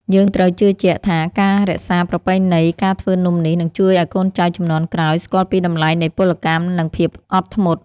យើងត្រូវជឿជាក់ថាការរក្សាប្រពៃណីនៃការធ្វើនំនេះនឹងជួយឱ្យកូនចៅជំនាន់ក្រោយស្គាល់ពីតម្លៃនៃពលកម្ម និង ភាពអត់ធ្មត់។